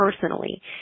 personally